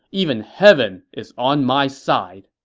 even heaven is on my side!